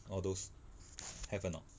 all those have or not